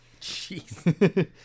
Jeez